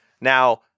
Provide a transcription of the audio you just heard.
Now